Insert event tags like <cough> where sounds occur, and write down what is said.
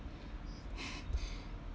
<laughs>